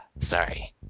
Sorry